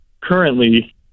currently